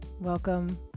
Welcome